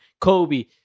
Kobe